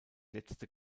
letzte